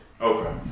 Okay